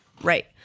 Right